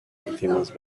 últimos